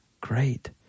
Great